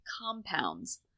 compounds